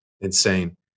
insane